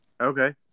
Okay